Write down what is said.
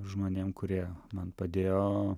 žmonėm kurie man padėjo